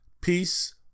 Peace